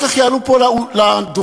נא לסיים.